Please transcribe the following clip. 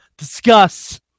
Discuss